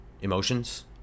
emotions